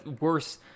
worse